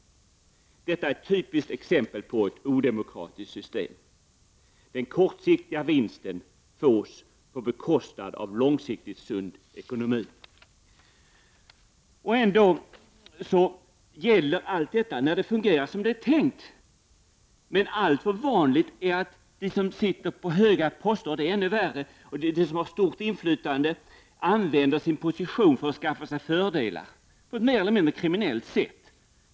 Detta är ett typiskt exempel på ett odemokratiskt system. Den kortsiktiga vinsten fås på beskostnad av långsiktigt sund ekonomi. Ändå gäller allt detta, när det fungerar som det är tänkt. Men allför vanligt är att de som sitter på höga poster och de, vilket är ännu värre, som har stort inflytande använder sin position för att skaffa sig fördelar på ett mer eller mindre kriminellt sätt.